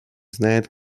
знает